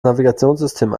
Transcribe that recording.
navigationssystem